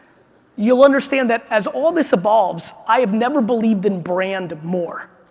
you'll understand that as all this evolves, i have never believed in brand more.